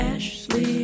Ashley